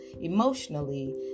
emotionally